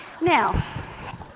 Now